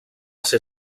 ser